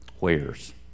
wheres